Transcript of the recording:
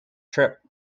trip